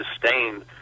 sustained